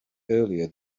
earlier